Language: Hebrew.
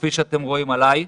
כפי שאתם רואים עליי,